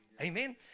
Amen